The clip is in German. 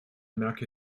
merke